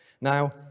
Now